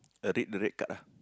uh read the red card ah